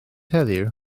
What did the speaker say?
heddiw